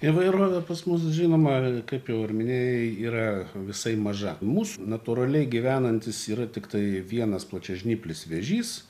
įvairovė pas mus žinoma kaip jau ir minėjai yra visai maža mūsų natūraliai gyvenantis yra tiktai vienas plačiažnyplis vėžys